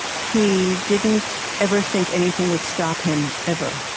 he didn't ever think anything would stop him, ever.